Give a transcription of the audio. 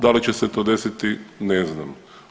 Da li će se to desiti ne znam.